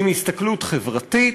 עם הסתכלות חברתית,